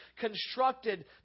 constructed